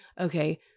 okay